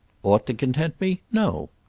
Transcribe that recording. ought to content me? no.